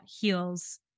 heals